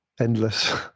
endless